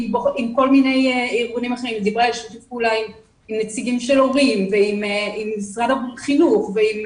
עם נציגים של הורים ועם משרד החינוך ועם